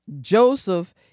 Joseph